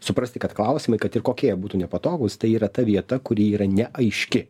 suprasti kad klausimai kad ir kokie jie būtų nepatogūs tai yra ta vieta kuri yra neaiški